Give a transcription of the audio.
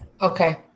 Okay